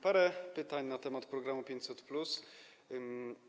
Parę pytań na temat programu 500+.